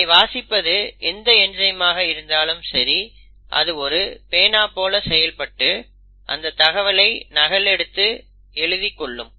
இதை வாசிப்பது எந்த என்சைமாக இருந்தாலும் சரி அது ஒரு பேனா போல செயல்பட்டு அந்த தகவலை நகலெடுத்து எழுதிக்கொள்ளும்